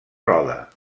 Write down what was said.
roda